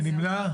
מי נמנע?